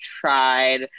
tried